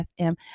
FM